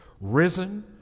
risen